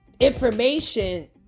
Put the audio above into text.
information